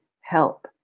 help